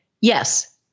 Yes